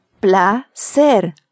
Placer